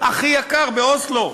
הכי יקר באוסלו.